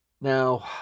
Now